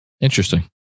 Interesting